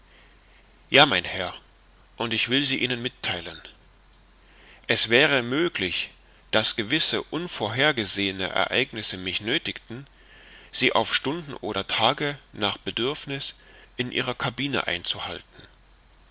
ja mein herr und ich will sie ihnen mittheilen es wäre möglich daß gewisse unvorhergesehene ereignisse mich nöthigten sie auf stunden oder tage nach bedürfniß in ihrer cabine einzuhalten